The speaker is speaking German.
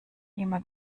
immer